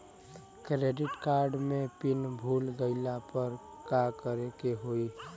Credit card के PIN भूल गईला पर का करे के होई?